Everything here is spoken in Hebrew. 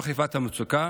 המצוקה.